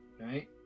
right